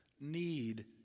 need